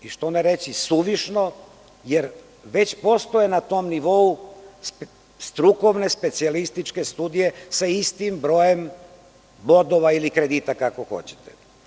I što ne reći, suvišno, jer već postoje na tom nivou strukovne specijalističke studije sa istim brojem bodova ili kredita kako hoćete.